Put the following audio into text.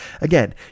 Again